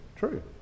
true